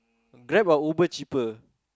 Grab or Uber cheaper